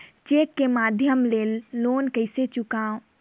Cheque के माध्यम ले लोन कइसे चुकांव?